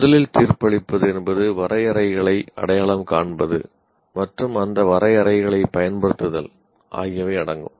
முதலில் தீர்ப்பளிப்பது என்பது வரையறைகளை அடையாளம் காண்பது மற்றும் அந்த வரையறைகளைப் பயன்படுத்துதல் ஆகியவை அடங்கும்